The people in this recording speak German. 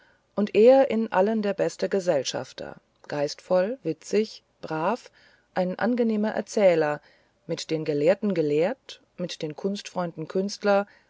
und er in allen der beste gesellschafter geistvoll witzig brav ein angenehmer erzähler mit den gelehrten gelehrt mit den kunstfreunden künstler